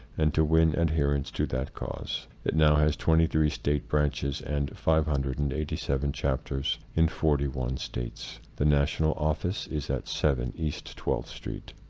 and to win adherents to that cause. it now has twenty three state branches and five hundred and eighty seven chapters in forty one states. the national office is at seven east twelve street,